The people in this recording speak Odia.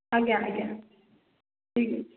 ଆଜ୍ଞା ଆଜ୍ଞା ଠିକ୍ ଅଛି